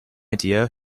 idea